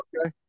Okay